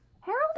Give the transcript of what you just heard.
Harold